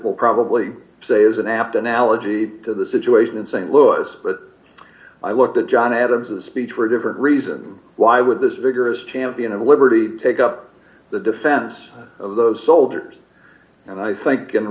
will probably say d is an apt analogy to the situation in st louis but i looked at john adams a speech for a different reason why would this vigorous champion of liberty take up the defense of those soldiers and i think